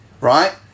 Right